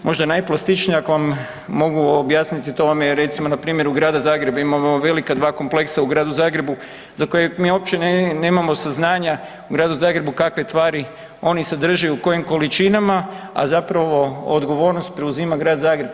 Možda najplastičnije ako vam mogu objasniti, to vam je recimo npr. u gradu Zagrebu imamo velika dva kompleksa u gradu Zagrebu za kojeg mi uopće nemamo saznanja u gradu Zagrebu kakve tvari oni sadrže i u kojim količinama, a zapravo odgovornost preuzima grad Zagreb.